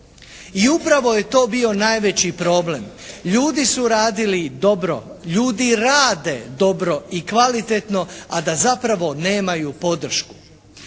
I upravo je to bio najveći problem. Ljudi su radili dobro. Ljudi rade dobro i kvalitetno a da zapravo nemaju podršku.